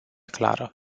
clară